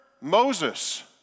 Moses